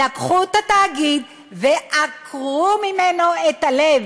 לקחו את התאגיד ועקרו ממנו את הלב,